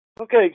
Okay